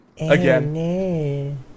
Again